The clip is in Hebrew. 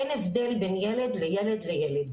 אין הבדל בין ילד לילד לילד.